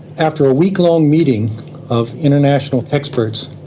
after a week-long meeting of international experts,